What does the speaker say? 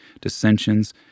dissensions